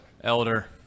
Elder